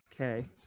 okay